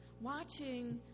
watching